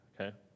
Okay